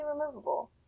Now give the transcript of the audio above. removable